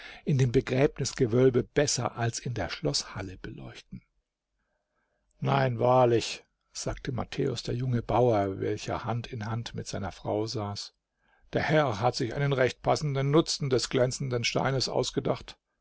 in dem begräbnisgewölbe besser als in der schloßhalle beleuchten nein wahrlich sagte matthäus der junge bauer welcher hand in hand mit seiner frau saß der herr hat sich einen recht passenden nutzen des glänzenden steines ausgedacht